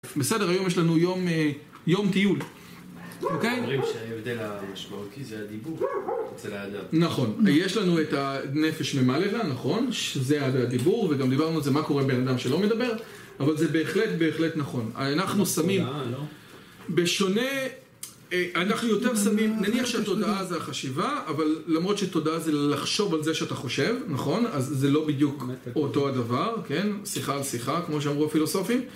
בסדר, היום יש לנו יום... יום טיול, אוקיי? אומרים שההבדל המשמעותי זה הדיבור אצל האדם. נכון, ויש לנו את הנפש ממלגה והנכון, שזה הדיבור, וגם דיברנו על זה, מה קורה בין אדם שלא מדבר, אבל זה בהחלט, בהחלט נכון. אנחנו שמים... תודעה, לא? בשונה... אנחנו יותר שמים... נניח שהתודעה זה החשיבה, אבל למרות שתודעה זה לחשוב על זה שאתה חושב, נכון? אז זה לא בדיוק אותו הדבר, כן? שיחה על שיחה, כמו שאמרו הפילוסופים.